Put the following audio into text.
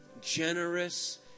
generous